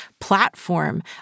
platform